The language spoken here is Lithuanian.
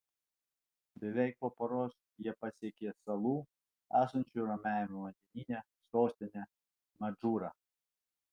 beveik po paros jie pasiekė salų esančių ramiajame vandenyne sostinę madžūrą